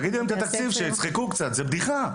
תגידי להם את התקציב שיצחקו קצת, זאת בדיחה.